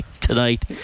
tonight